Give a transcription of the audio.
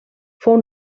fou